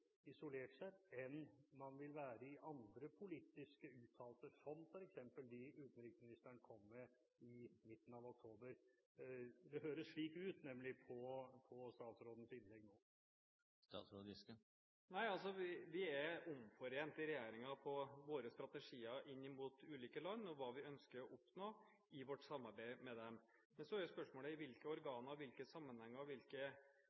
isolert sett enn man vil være i andre politiske uttalelser, som f.eks. dem utenriksministeren kom med i midten av oktober? Det høres slik ut, nemlig, på statsrådens innlegg. Vi er omforent i regjeringen på våre strategier inn mot ulike land og hva vi ønsker å oppnå i vårt samarbeid med dem. Men så er spørsmålet: I hvilke organer, i hvilke